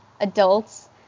adults